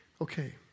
Okay